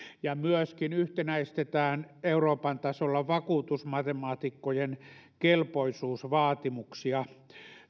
myöskin yhtenäistetään euroopan tasolla vakuutusmatemaatikkojen kelpoisuusvaatimuksia